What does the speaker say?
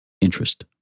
interest